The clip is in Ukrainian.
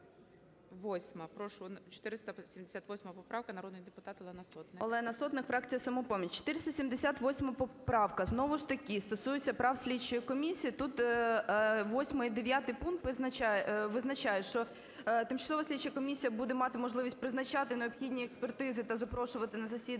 Прошу, 478 поправка, народний депутат Олена Сотник. 11:26:53 СОТНИК О.С. Олена Сотник, фракція "Самопоміч". 478 поправка знову ж таки стосується прав слідчої комісії, тут 8 і 9 пункт визначають, що тимчасова слідча комісія буде мати можливість призначати необхідні експертизи та запрошувати на засідання